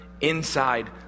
inside